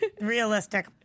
Realistic